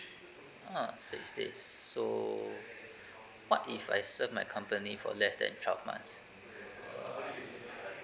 ah six days so what if I serve my company for less than twelve months